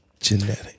genetic